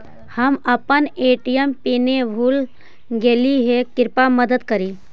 हम अपन ATM PIN भूल गईली हे, कृपया मदद करी